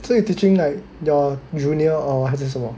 so you're teaching like your junior or 还是什么